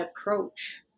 approach